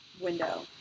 window